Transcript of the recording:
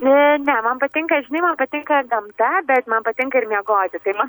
ne ne man patinka žinai man patinka gamta bet man patinka ir miegoti tai man